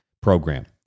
program